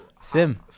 Sim